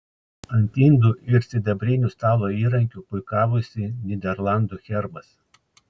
ant indų ir sidabrinių stalo įrankių puikavosi nyderlandų herbas